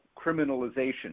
criminalization